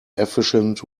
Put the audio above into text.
efficient